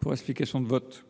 pour explication de vote.